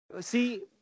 See